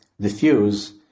diffuse